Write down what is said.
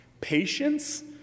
Patience